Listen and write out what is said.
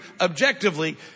objectively